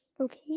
Okay